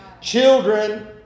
Children